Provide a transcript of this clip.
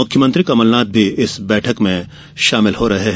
मुख्यमंत्री कमलनाथ भी इस बैठक में शामिल हो रहे हैं